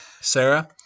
Sarah